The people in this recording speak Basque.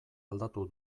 aldatu